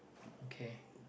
okay